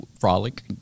frolic